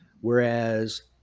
Whereas